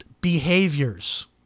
behaviors